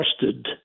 trusted